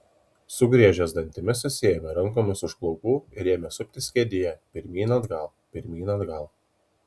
sugriežęs dantimis susiėmė rankomis už plaukų ir ėmė suptis kėdėje pirmyn atgal pirmyn atgal